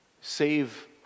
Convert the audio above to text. Save